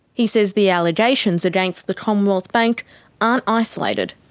he says the allegations against the commonwealth bank aren't isolated.